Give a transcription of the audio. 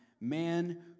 man